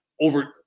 over